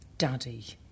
Daddy